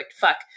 Fuck